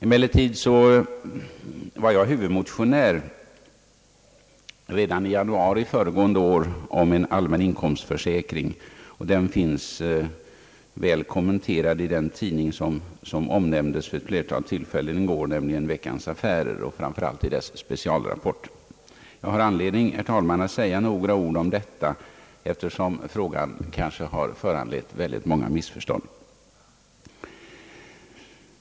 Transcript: Emellertid var jag huvudmotionär redan i januari förra året beträffande en allmän inkomstförsäkring, och förslaget finns väl kommenterat i den tidning som nämndes vid ett flertal tillfällen i går, nämligen Veckans Affärer, framför allt i dess specialrapport. Jag har anledning, herr talman, att säga några ord om denna fråga eftersom den har föranlett många missförstånd.